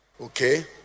okay